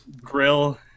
grill